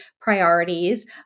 priorities